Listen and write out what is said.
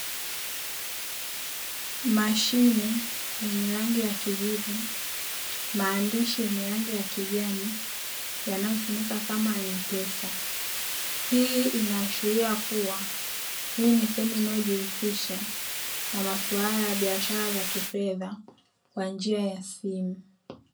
Mashine yenye rangi ya kijivu, maandishi yenye rangi ya kijani yanayosomeka kama "M-PESA", hii inaashiria kuwa hii ni sehemu inayojihisisha na masuala ya biashara za kifedha kwa njia ya simu.